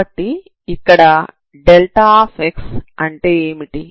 కాబట్టి ఇక్కడ δ అంటే ఏమిటి